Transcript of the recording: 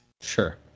Sure